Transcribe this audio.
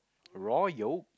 raw yolk